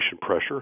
pressure